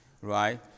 Right